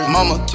Mama